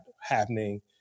happening